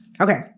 Okay